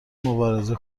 مبارزه